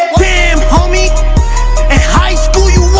damn, homie, in high school you was